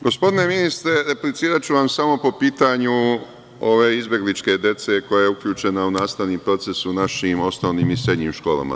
Gospodine ministre, repliciraću vam samo po pitanju ove izbelgičke dece koja je uključena u nastavni proces u našim osnovnim i srednjim školama.